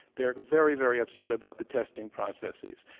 they're very, very upset about the testing processes.